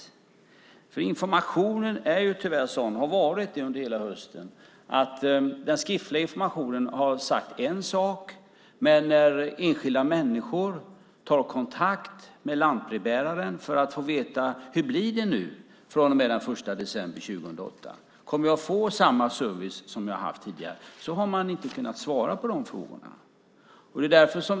Under hela hösten har det tyvärr varit så att det har sagts en sak i den skriftliga informationen. Men när enskilda människor har tagit kontakt med lantbrevbäraren för att få veta hur det blir från och med den 1 december 2008 och frågat om de kommer att få samma service som de har haft tidigare har man inte kunnat svara på dessa frågor.